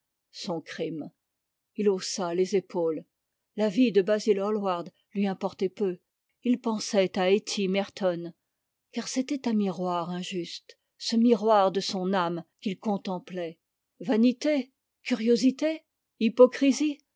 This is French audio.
son crime il haussa les épaules la vie de basil hall ward lui importait peu il pensait à hettv merton car c'était un miroir injuste ce miroir de son âme qu'il contemplait vanité curiosité hypocrisie